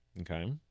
Okay